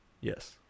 Yes